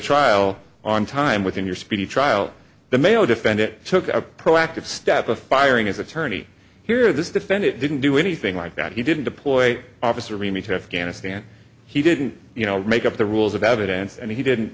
trial on time within your speedy trial the mayor defend it took a proactive step of firing his attorney here this defendant didn't do anything like that he didn't deploy officer remey to afghanistan he didn't you know make up the rules of evidence and he didn't